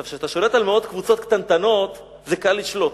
כשאתה שולט על מאות קבוצות קטנטנות, קל לך לשלוט.